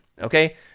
okay